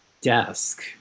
desk